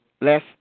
less